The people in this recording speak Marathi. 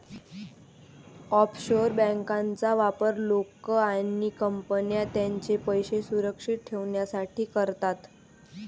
ऑफशोअर बँकांचा वापर लोक आणि कंपन्या त्यांचे पैसे सुरक्षित ठेवण्यासाठी करतात